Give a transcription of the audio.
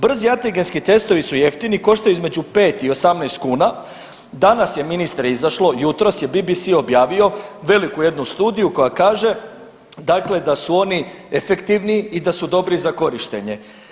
Brzi antigenski testovi su jeftini koštaju između 5 i 18 kuna, danas je ministre izašlo, jutros je BBC objavio veliku jednu studiju koja kaže da su oni efektivni i da su dobri za korištenje.